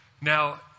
Now